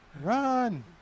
Run